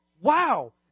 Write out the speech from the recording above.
Wow